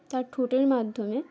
তার ঠোঁটের মাধ্যমে